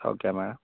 okay madam